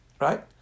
right